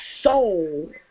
soul